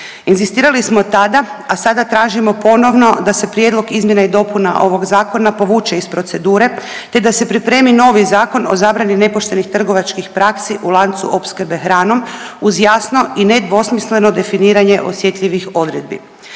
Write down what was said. Inzistirali smo tada, a sada tražimo ponovno da se prijedlog izmjena i dopuna ovog zakona povuče iz procedure te da se pripremi novi Zakon o zabrani nepoštenih trgovačkih praksi u lancu opskrbe hranom uz jasno i nedvosmisleno definiranje osjetljivih odredbi.